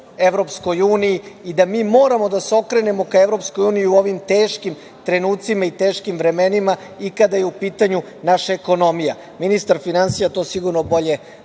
budućnost u EU i da mi moramo da se okrenemo ka EU i u ovim teškim trenucima i teškim vremenima i kada je u pitanju naša ekonomija. Ministar finansija to sigurno bolje